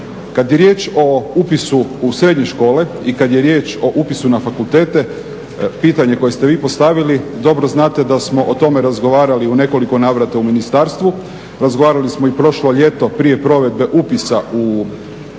Kad je riječ o upisu u srednje škole i kad je riječ o upisu na fakultete, pitanje koje ste vi postavili, dobro znate da smo o tome razgovarali u nekoliko navrata u ministarstvu, razgovarali smo i prošlo ljeto prije provedbe upisa u srednje škole